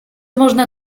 można